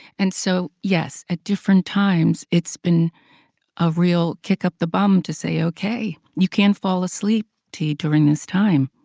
and so yes, at different times it's been a real kick up the bum to say, okay. you can't fall asleep, t, during this time.